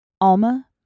Alma